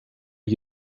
are